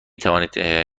توانید